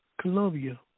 Colombia